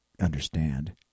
understand